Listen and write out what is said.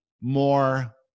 more